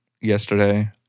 yesterday